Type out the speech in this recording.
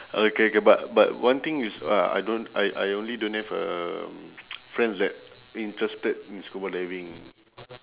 okay okay but but one thing is uh I don't I I only don't have um friends that interested in scuba diving